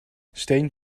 steen